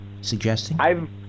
suggesting